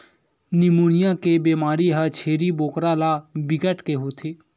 pneumonia के बेमारी ह छेरी बोकरा ल बिकट के होथे